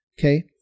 Okay